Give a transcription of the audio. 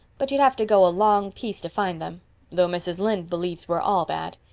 but you'd have to go a long piece to find them though mrs. lynde believes we're all bad.